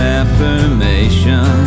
affirmation